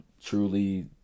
truly